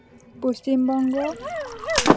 Paschim Banga